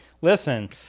listen